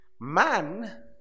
Man